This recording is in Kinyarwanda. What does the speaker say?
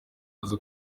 aza